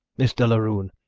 mr. laroon,